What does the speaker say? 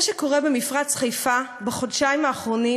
מה שקורה במפרץ חיפה בחודשיים האחרונים